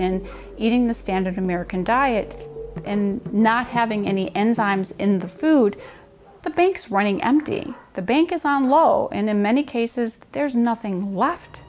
and eating the standard american diet and not having any enzymes in the food the bank's running empty the bank is on low in many cases there's nothing